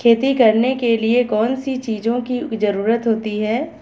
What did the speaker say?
खेती करने के लिए कौनसी चीज़ों की ज़रूरत होती हैं?